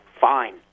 fine